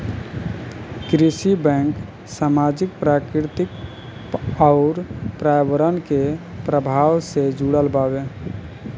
कृषि बैंक सामाजिक, प्राकृतिक अउर पर्यावरण के प्रभाव से जुड़ल बावे